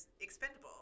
expendable